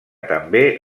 també